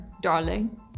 darling